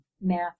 math